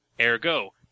Ergo